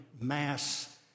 mass